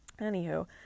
Anywho